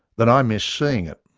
then i missed seeing it!